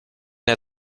der